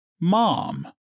mom